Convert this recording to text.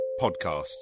podcasts